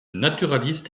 naturaliste